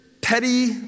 petty